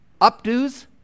Updos